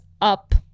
up